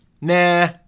Nah